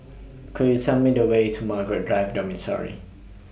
Could YOU Tell Me The Way to Margaret Drive Dormitory